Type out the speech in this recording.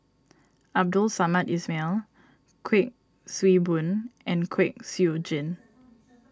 Abdul Samad Ismail Kuik Swee Boon and Kwek Siew Jin